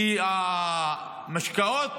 כי המשקאות